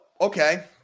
okay